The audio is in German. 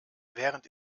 während